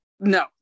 No